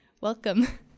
Welcome